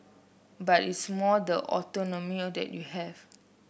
but it's more the autonomy that you have